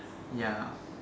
ya